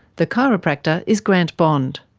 the chiropractor is grant bond.